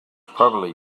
probably